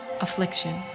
affliction